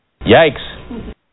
Yikes